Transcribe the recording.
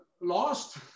Lost